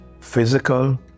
physical